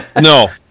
No